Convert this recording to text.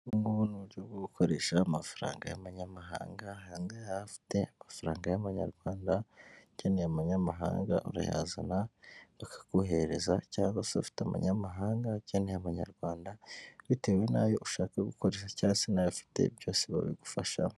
Ubu ngubu ni uburyo bwo gukoresha amafaranga y'abanyamahanga, aha ngaha ufite amafaranga y'amanyarwanda ukeneye amanyamahanga urayazana bakaguhereza cyangwa se ufite amanyamahanga akeneye abanyarwanda bitewe n'ayo ushaka gukoresha cyangwa se ayo ufite byose babigufashamo.